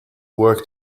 work